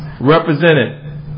represented